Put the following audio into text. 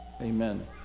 Amen